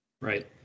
Right